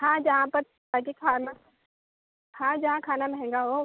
हाँ जहाँ तक है कि खाना हाँ जहाँ खाना महँगा हो